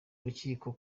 urukiko